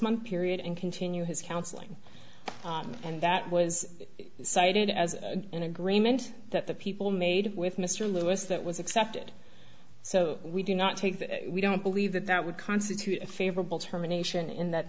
month period and continue his counseling and that was cited as an agreement that the people made with mr lewis that was accepted so we do not take that we don't believe that that would constitute a favorable terminations in that